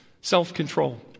self-control